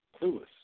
clueless